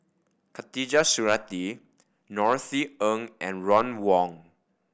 Khatijah Surattee Norothy Ng and Ron Wong